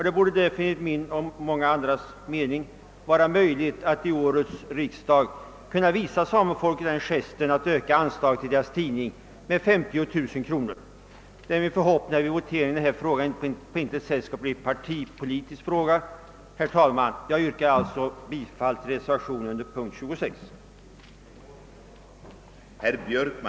Det borde därför enligt min och andras mening vara möjligt för årets riksdag att visa samerna gesten att öka anslaget till deras tidning med 50 000 kronor. Det är min förhoppning att frågan vid voteringen på intet sätt skall bli en partipolitisk fråga. Herr talman! Jag yrkar bifall till reservationen Ha av herr Virgin m.fl.